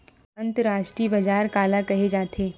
अंतरराष्ट्रीय बजार काला कहे जाथे?